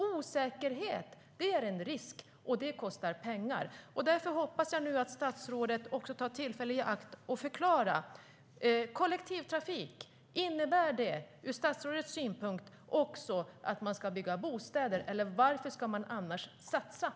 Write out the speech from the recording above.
Osäkerhet är en risk, och det kostar pengar. Därför hoppas jag att statsrådet tar tillfället i akt att förklara om kollektivtrafik, ur statsrådets synpunkt, innebär att man också ska bygga bostäder. Varför ska man annars satsa?